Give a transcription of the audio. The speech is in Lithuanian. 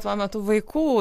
tuo metu vaikų